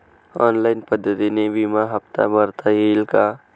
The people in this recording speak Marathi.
ऑनलाईन पद्धतीने विमा हफ्ता भरता येईल का?